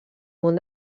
món